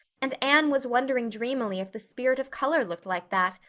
and anne was wondering dreamily if the spirit of color looked like that,